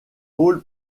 pole